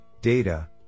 data